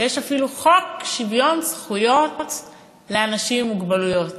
ויש אפילו חוק שוויון זכויות לאנשים עם מוגבלות.